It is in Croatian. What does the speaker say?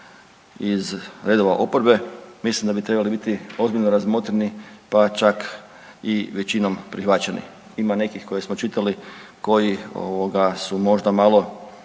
iz redova oporbe, mislim da bi trebali biti ozbiljno razmotreni, pa čak i većinom prihvaćeni, ima nekih koje smo čitali koji su možda malo